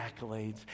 accolades